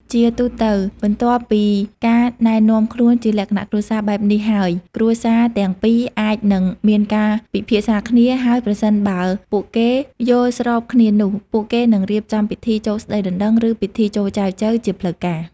ជាទូទៅ បន្ទាប់ពីការណែនាំខ្លួនជាលក្ខណៈគ្រួសារបែបនេះហើយ គ្រួសារទាំងពីរអាចនឹងមានការពិភាក្សាគ្នា ហើយប្រសិនបើពួកគេយល់ស្របគ្នានោះ ពួកគេនឹងរៀបចំពិធី ចូលស្តីដណ្ដឹង ឬ ពិធីចូលចែចូវ ជាផ្លូវការ។